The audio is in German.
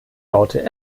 baute